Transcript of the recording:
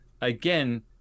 again